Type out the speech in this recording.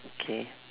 okay